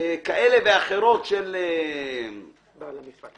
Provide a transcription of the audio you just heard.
כאלה ואחרות של בעל העסק.